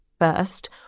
First